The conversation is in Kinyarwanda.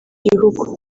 gihugu